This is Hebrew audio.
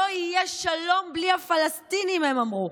לא יהיה שלום בלי הפלסטינים, הם אמרו.